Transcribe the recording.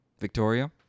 Victoria